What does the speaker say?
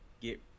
get